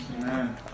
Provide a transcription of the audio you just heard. amen